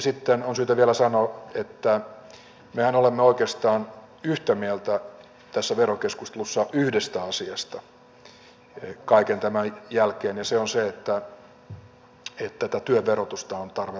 sitten on syytä vielä sanoa että mehän olemme oikeastaan yhtä mieltä tässä verokeskustelussa yhdestä asiasta kaiken tämän jälkeen ja se on se että työn verotusta on tarve laskea